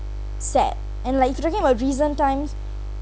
sad and like if you're talking about recent times